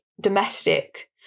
domestic